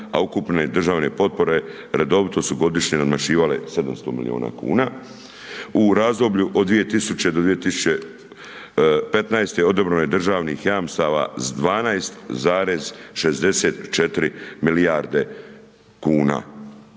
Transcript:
a ukupne državne potpore, redovito su godišnje nadmašivale 700 milijuna kuna. U razdoblju od 2000.-2015. odobreno je državnih jamstava s 12,64 milijarde kuna.